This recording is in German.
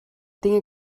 dinge